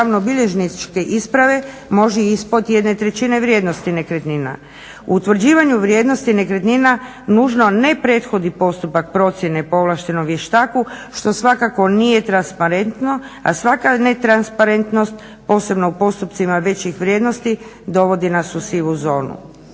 javno-bilježničke isprave može i ispod 1/3 vrijednosti nekretnina. U utvrđivanju vrijednosti nekretnina nužno ne prethodi postupak procjene po ovlaštenom vještaku što svakako nije transparentno, a svaka netransparentnost posebno u postupcima većih vrijednosti dovodi nas u sivu zonu.